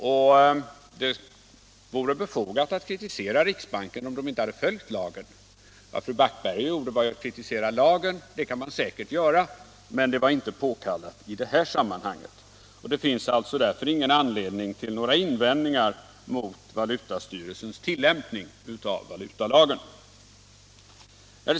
Och det vore befogat att kritisera riksbanken om den inte hade följt lagen. Vad fru Backberger gjorde var att hon kritiserade lagen. Det kan man säkert göra, men det var inte påkallat i det här sammanhanget. Det finns alltså ingen anledning till några invändningar mot valutastyrelsens tillämpning av valutalagen.